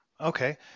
Okay